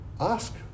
ask